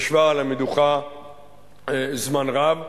ישבה על המדוכה זמן רב.